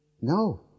No